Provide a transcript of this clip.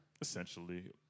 Essentially